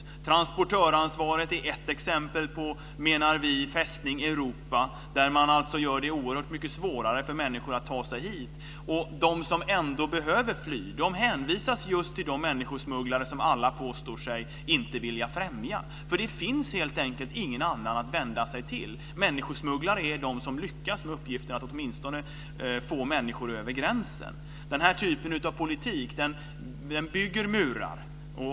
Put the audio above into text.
Vi menar att transportörsansvaret är ett exempel på Fästning Europa. Man gör det alltså oerhört mycket svårare för människor att ta sig hit, och de som ändå behöver fly hänvisas just till de människosmugglare som alla påstår sig inte vilja främja. Det finns helt enkelt ingen annan att vända sig till. Människosmugglare är de som lyckas med uppgiften att åtminstone få människor över gränsen. Den här typen av politik bygger murar.